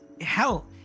hell